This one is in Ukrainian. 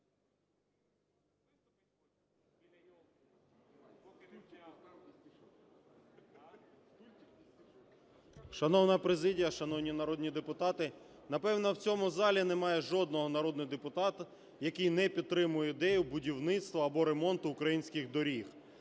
Шановна президія, шановні народні депутати! Напевно, в цьому залі немає жодного народного депутата, який не підтримує ідею будівництва або ремонту українських доріг.